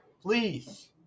Please